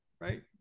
right